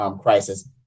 crisis